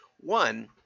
One